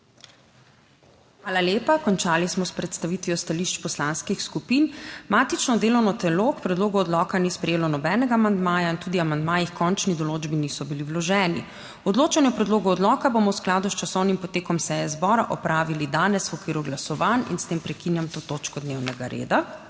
Hvala lepa. Končali smo predstavitve stališč poslanskih skupin. Matično delovno telo k predlogu odloka ni sprejelo nobenega amandmaja in tudi amandmaji h končni določbi niso bili vloženi. Odločanje o predlogu odloka bomo v skladu s časovnim potekom seje zbora opravili danes v okviru glasovanj. S tem prekinjam to točko dnevnega reda.